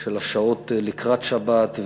של השעות לקראת שבת,